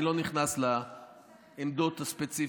אני לא נכנס לעמדות הספציפיות,